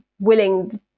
willing